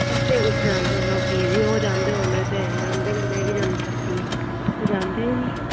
इत्थै कुतै आंदे ओह् बिजी